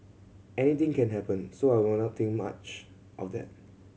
anything can happen so I will not think much of that